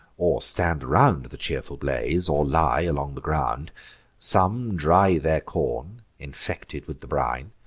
or stand around the cheerful blaze, or lie along the ground some dry their corn, infected with the brine,